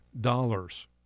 dollars